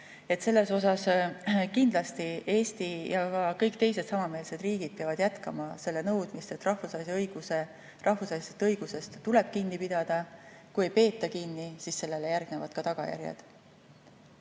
Selles osas kindlasti Eesti ja ka kõik teised samameelsed riigid peavad jätkama selle nõudmist, et rahvusvahelisest õigusest tuleb kinni pidada, ja kui ei peeta kinni, siis sellele järgnevad ka tagajärjed.